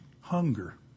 hunger